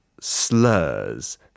slurs